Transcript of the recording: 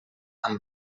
amb